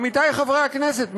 עמיתי חברי הכנסת,